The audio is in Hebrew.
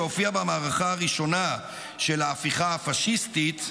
שהופיע במערכה הראשונה של ההפיכה הפשיסטית,